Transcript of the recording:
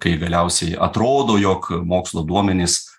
kai galiausiai atrodo jog mokslo duomenys